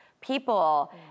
people